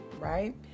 right